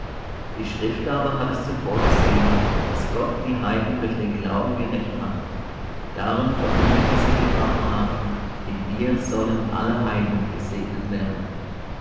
die schrift aber hat es zuvor gesehen daß gott die heiden durch den glauben gerecht macht darum verkündigte sie dem abraham in dir sollen alle heiden gesegnet werden